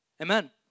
Amen